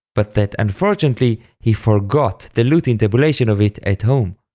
but that unfortunately, he forgot the lute intabulation of it at home.